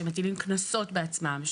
שמטילים קנסות בעצמם,